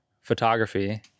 photography